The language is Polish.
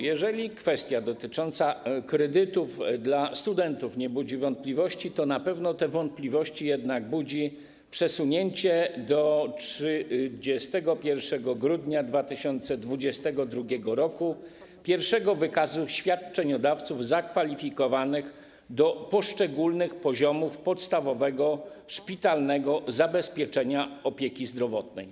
Jeżeli kwestia dotycząca kredytów dla studentów nie budzi wątpliwości, to na pewno te wątpliwości jednak budzi przesunięcie do 31 grudnia 2022 r. pierwszego wykazu świadczeniodawców zakwalifikowanych do poszczególnych poziomów podstawowego szpitalnego zabezpieczenia świadczeń opieki zdrowotnej.